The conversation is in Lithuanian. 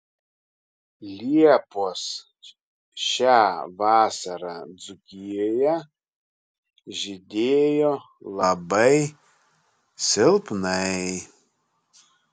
liepos šią vasarą dzūkijoje žydėjo labai silpnai